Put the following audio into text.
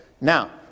Now